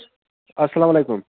اَسلامُ علیکُم